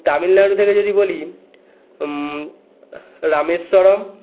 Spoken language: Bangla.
তামিলনাড়ু থেকে যদি বলি রামেশ্বরম